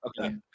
Okay